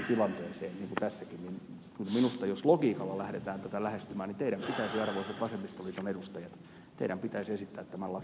kyllä minusta jos logiikalla lähdetään tätä lähestymään teidän pitäisi arvoisat vasemmistoliiton edustajat esittää tämän lakiesityksen hylkyä